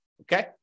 okay